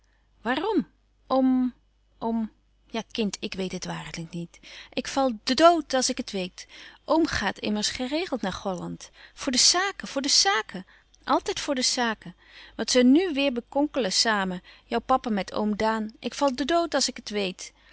om om ja kind ik weet het waarlijk niet ik val ddod als ik het weet oom ghaat immers geregeld naar gholland voor de saken voor de saken altijd voor de saken wat ze nu weêr bekonkelen samen jou papa met oom daan ik val ddood als ik het weet